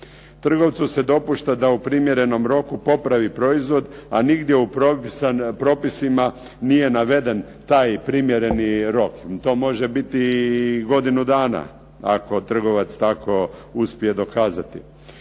Trgovcu se dopušta da u primjerenom roku popravi proizvod a nigdje u propisima nije naveden taj primjereni rok. To može biti i godinu dana ako trgovac tako uspije dokazati.